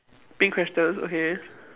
pink questions okay